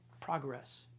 Progress